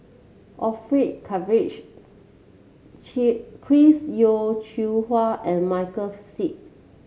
Orfeur Cavenagh Chris Yeo Siew Hua and Michael Seet